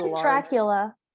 Dracula